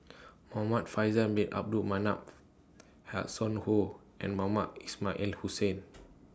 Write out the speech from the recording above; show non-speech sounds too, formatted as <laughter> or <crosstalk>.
Muhamad Faisal Bin Abdul Manap Hanson Ho and Mohamed Ismail Hussain <noise>